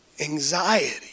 anxiety